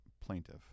plaintiff